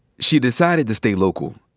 she decided to stay local,